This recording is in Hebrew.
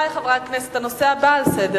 לוועדת הכספים.